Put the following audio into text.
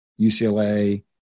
UCLA